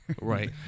Right